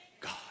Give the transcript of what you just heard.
God